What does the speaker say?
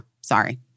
sorry